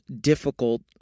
difficult